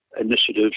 initiatives